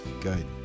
Good